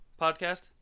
podcast